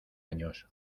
años